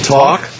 talk